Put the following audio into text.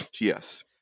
Yes